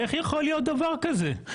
איך יכול להיות דבר כזה?